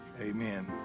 amen